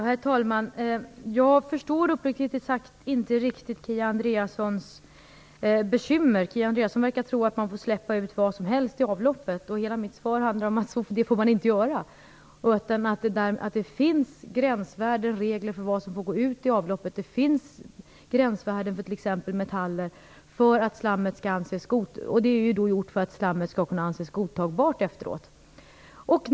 Herr talman! Jag förstår uppriktigt sagt inte Kia Andreassons bekymmer. Kia Andreasson verkar tro att man får släppa ut vad som helst i avloppet. Hela mitt svar handlar om att man inte får göra det. Det finns gränsvärden och regler för vad som får gå ut i avloppet. Det finns gränsvärden för t.ex. metaller för att slammet skall anses godtagbart.